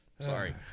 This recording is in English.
Sorry